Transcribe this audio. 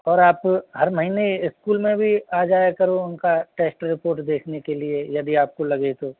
और आप हर महीने इस्कूल में भी आ जाया करो उनका टेस्ट रिपोर्ट देखने के लिए यदि आपको लगे तो